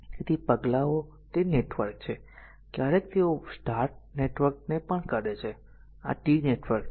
તેથી પગલાંઓ તે નેટવર્ક છે ક્યારેક તેઓ વાય નેટવર્ક ને પણ કરે છે અને આ t નેટવર્ક છે